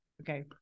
Okay